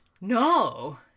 No